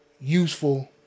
useful